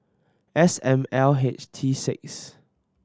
S M L H T six